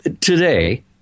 today